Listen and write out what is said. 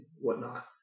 whatnot